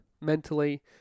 mentally